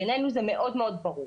בעינינו זה מאוד ברור.